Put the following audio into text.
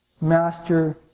master